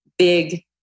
big